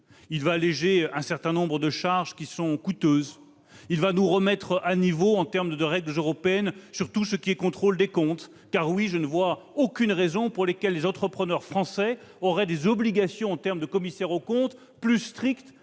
il va alléger un certain nombre de charges coûteuses ; il va nous remettre à niveau au regard des règles européennes pour tout ce qui est contrôle des comptes. En effet, je ne vois aucune raison pour que les entrepreneurs français aient des obligations en matière de certification des comptes plus strictes